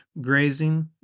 grazing